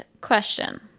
question